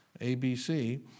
ABC